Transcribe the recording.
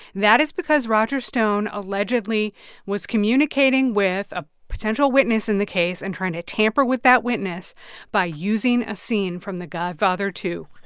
that is because roger stone allegedly was communicating with a potential witness in the case and trying to tamper with that witness by using a scene from the godfather ii.